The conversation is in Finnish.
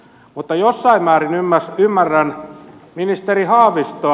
mutta jossain määrin ymmärrän ministeri haavistoa